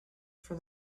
from